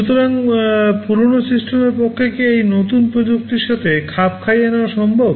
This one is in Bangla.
সুতরাং পুরানো সিস্টেমের পক্ষে কী এই নতুন প্রযুক্তির সাথে খাপ খাইয়ে নেওয়া সম্ভব